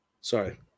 Sorry